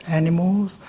animals